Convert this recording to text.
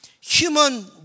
human